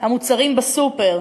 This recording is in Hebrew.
המוצרים בסופר,